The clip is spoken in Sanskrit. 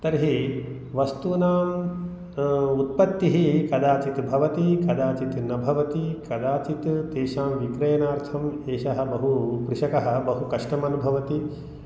तर्हि वस्तूनां उत्पत्तिः कदाचित् भवति कदाचित् न भवति कदाचित् तेषां विक्रयणार्थम् एषः बहु कृषकः बहु कष्टमनुभवति